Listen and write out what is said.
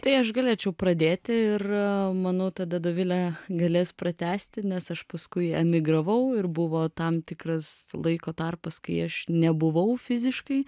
tai aš galėčiau pradėti ir manau tada dovilė galės pratęsti nes aš paskui emigravau ir buvo tam tikras laiko tarpas kai aš nebuvau fiziškai